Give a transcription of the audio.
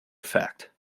effect